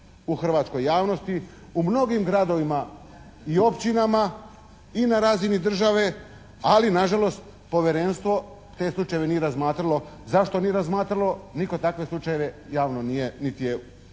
u hrvatskoj javnosti, u mnogim gradovima i općinama i na razini države ali nažalost povjerenstvo te slučajeve nije razmatralo. Zašto nije razmatralo, nitko takve slučajeve javno nije niti je